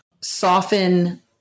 soften